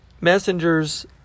messengers